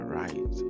right